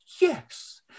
yes